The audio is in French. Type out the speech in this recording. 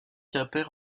quimper